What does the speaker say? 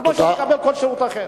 כמו שהוא מקבל כל שירות אחר.